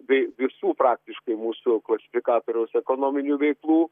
bei visų praktiškai mūsų klasifikatoriaus ekonominių veiklų